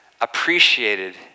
appreciated